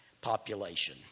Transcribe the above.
population